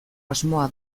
asmoa